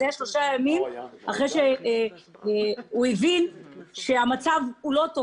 זה היה שלושה ימים אחרי שהוא הבין שהמצב לא טוב.